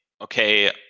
okay